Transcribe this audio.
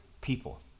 people